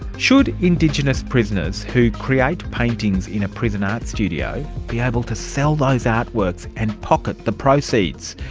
should indigenous prisoners who create paintings in a prison art studio be able to sell those artworks and pocket the proceeds?